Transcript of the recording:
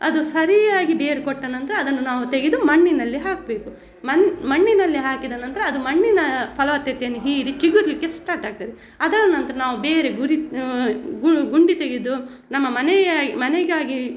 ಅದು ಸರಿಯಾಗಿ ಬೇರು ಕೊಟ್ಟ ನಂತರ ಅದನ್ನು ನಾವು ತೆಗೆದು ಮಣ್ಣಿನಲ್ಲಿ ಹಾಕಬೇಕು ಮಣ್ಣಿನಲ್ಲಿ ಹಾಕಿದ ನಂತರ ಅದು ಮಣ್ಣಿನ ಫಲವತ್ತತೆಯನ್ನು ಹೀರಿ ಚಿಗುರಲಿಕ್ಕೆ ಸ್ಟಾಟ್ ಆಗ್ತದೆ ಅದರ ನಂತರ ನಾವು ಬೇರೆ ಗುರಿ ಗುಂಡಿ ತೆಗೆದು ನಮ್ಮ ಮನೆಯ ಮನೆಗಾಗಿ